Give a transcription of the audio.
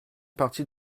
partie